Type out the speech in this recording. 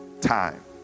Time